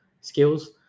skills